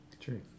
True